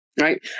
right